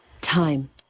Time